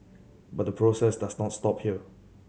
but the process does not stop here